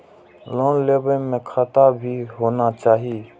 Loan लेबे में खाता भी होना चाहि?